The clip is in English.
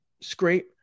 scrape